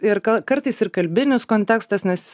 ir gal kartais ir kalbinis kontekstas nes